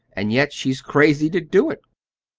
and yet she's crazy to do it.